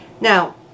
Now